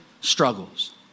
struggles